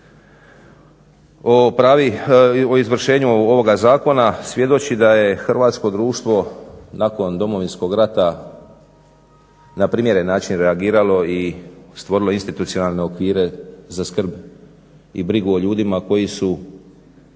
o izvršenju ovoga zakona svjedoči da je hrvatsko društvo nakon Domovinskog rata na primjeren način reagiralo i stvorilo institucionalne okvire za skrb i brigu o ljudima koji su,